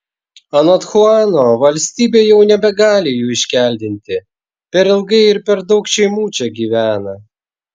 anot chuano valstybė jau nebegali jų iškeldinti per ilgai ir per daug šeimų čia gyvena